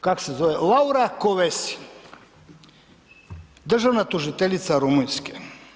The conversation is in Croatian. Kako se zove, Laura Kövesi, državna tužiteljica Rumunjske.